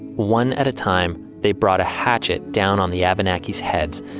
one at a time, they brought a hatchet down on the abenakis' heads.